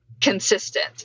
consistent